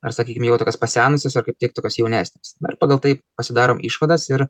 ar sakykim jau tokios pasenusios ar kaip tik tokios jaunesnės na ir pagal tai pasidarom išvadas ir